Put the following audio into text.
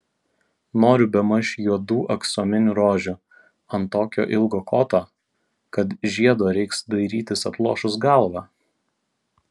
noriu bemaž juodų aksominių rožių ant tokio ilgo koto kad žiedo reiks dairytis atlošus galvą